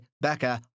Becca